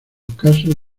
casos